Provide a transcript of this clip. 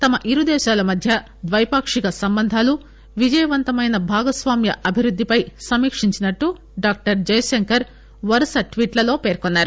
తమ ఇరు దేశాల మధ్య ద్వైపాక్షిక సంబంధాలు విజయవంతమైన భాగస్వామ్య అభివృద్దిపై సమీక్షించినట్టు డాక్టర్ జయశంకర్ వరుస ట్వీట్లలో పేర్కొన్నారు